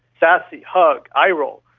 sassy, hug, eye-roll,